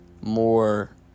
more